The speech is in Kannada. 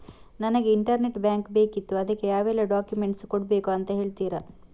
ನನಗೆ ಇಂಟರ್ನೆಟ್ ಬ್ಯಾಂಕ್ ಬೇಕಿತ್ತು ಅದಕ್ಕೆ ಯಾವೆಲ್ಲಾ ಡಾಕ್ಯುಮೆಂಟ್ಸ್ ಕೊಡ್ಬೇಕು ಅಂತ ಹೇಳ್ತಿರಾ?